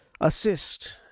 assist